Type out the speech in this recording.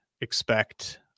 expect